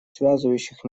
связывающих